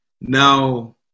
Now